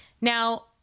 now